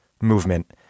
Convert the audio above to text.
movement